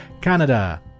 Canada